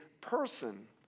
person